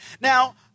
Now